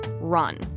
run